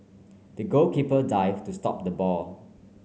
the goalkeeper dived to stop the ball